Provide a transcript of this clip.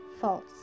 false